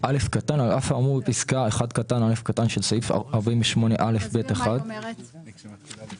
על אף האמור בפסקה (1)(א) - זה בעצם שיעורי המס הרגילים